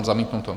Zamítnuto.